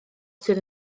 sydd